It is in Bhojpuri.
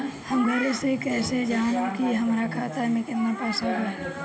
हम घरे से कैसे जानम की हमरा खाता मे केतना पैसा बा?